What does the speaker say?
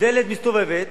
דלת מסתובבת,